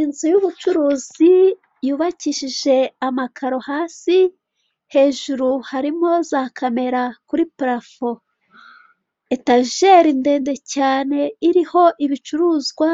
Inzu y'ubucuruzi yubakishije amakaro hasi, hejuru harimo za camera kuri parafo, etajeri ndende cyane iriho ibicuruzwa